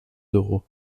d’euros